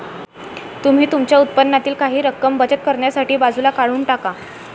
तुम्ही तुमच्या उत्पन्नातील काही रक्कम बचत करण्यासाठी बाजूला काढून टाका